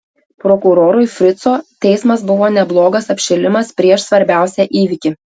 prokurorui frico teismas buvo neblogas apšilimas prieš svarbiausią įvykį